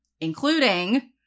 including